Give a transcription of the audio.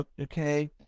Okay